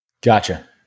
Gotcha